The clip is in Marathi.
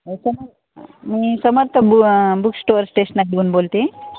सम मी समर्थ बु बुक स्टोअर स्टेशनरीमधून बोलते